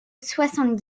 soixante